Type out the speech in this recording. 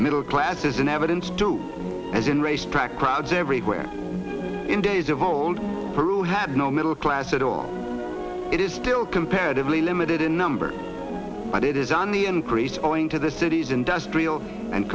middle classes in evidence do as in racetrack crowds everywhere in days of old peru had no middle class at all it is still comparatively limited in numbers but it is on the increase or into the cities industrial and